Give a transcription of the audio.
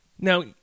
Now